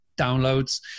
downloads